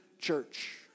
Church